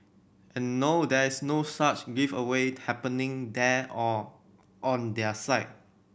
and no there is no such giveaway happening there or on their site